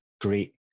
great